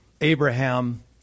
Abraham